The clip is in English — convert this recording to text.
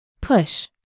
Push